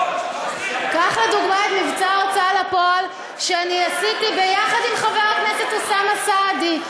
קח לדוגמה את מבצע ההוצאה לפועל שעשיתי ביחד עם חבר הכנסת אוסאמה סעדי.